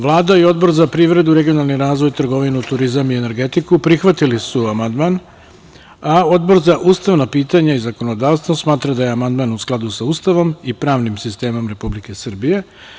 Vlada i Odbor za privredu, regionalni razvoj, trgovinu, turizam i energetiku prihvatili su amandman, a Odbor za ustavna pitanja i zakonodavstvo smatra da je amandman u skladu sa Ustavom i pravnim sistemom Republike Srbije.